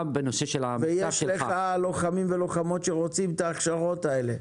גם בנושא של --- ויש לך לוחמים ולוחמות שרוצים את ההכשרות האלה,